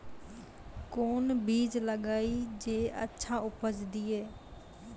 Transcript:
कोंन बीज लगैय जे अच्छा उपज दिये?